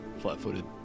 flat-footed